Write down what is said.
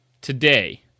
Today